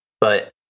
But-